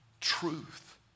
truth